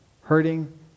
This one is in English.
hurting